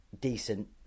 decent